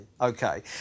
Okay